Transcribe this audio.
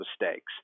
mistakes